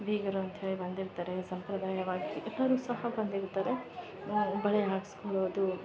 ಬೀಗರು ಅಂಥೇಳಿ ಬಂದಿರ್ತಾರೆ ಸಂಪ್ರದಾಯವಾಗಿ ಎಲ್ಲರೂ ಸಹ ಬಂದಿರುತ್ತಾರೆ ಬಳೆ ಹಾಕಿಸ್ಕೊಳ್ಳೋದು